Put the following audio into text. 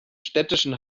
städtischen